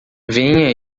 venha